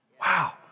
wow